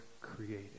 created